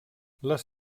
les